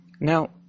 Now